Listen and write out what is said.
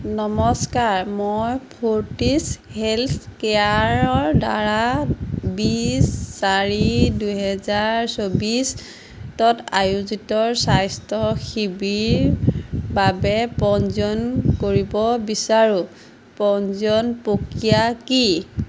নমস্কাৰ মই Fortis health কেয়াৰৰ দ্বাৰা বিছ চাৰি দুহেজাৰ চৌবিছত আয়োজিত স্বাস্থ্য শিবিৰৰ বাবে পঞ্জীয়ন কৰিব বিচাৰোঁ পঞ্জীয়নৰ প্ৰক্ৰিয়া কি